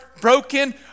broken